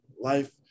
life